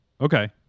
Okay